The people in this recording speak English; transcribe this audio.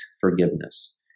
forgiveness